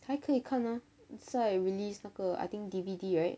还可以看啊在 release 那个 I think D_V_D right